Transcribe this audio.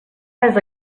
res